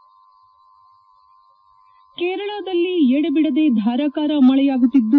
head ಕೇರಳದಲ್ಲಿ ಎಡಬಿಡದೇ ಧಾರಾಕಾರ ಮಳೆಯಾಗುತ್ತಿದ್ದು